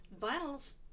vinyls